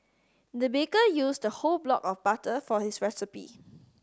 the baker used the whole block of butter for his recipe